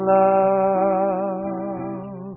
love